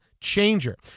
changer